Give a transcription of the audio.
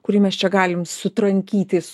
kurį mes čia galim su trankytis